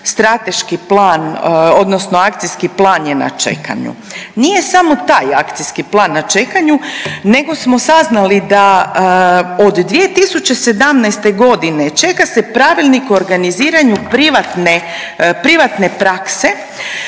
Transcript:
strateški plan, odnosno akcijski plan je na čekanju. Nije samo taj akcijski plan na čekanju nego smo saznali da od 2017. g. čeka se pravilnik o organiziranju privatne prakse,